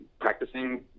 practicing